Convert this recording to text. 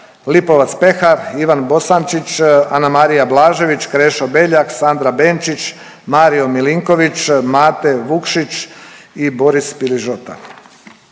Lipovac Pehar, Ivan Bosančić, Anamarija Blažević, Krešo Beljak, Sandra Benčić, Mario Milinković, Mate Vukšić i Boris Piližota.